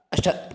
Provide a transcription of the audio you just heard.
अष्ट